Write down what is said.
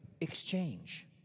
Exchange